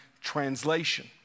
translation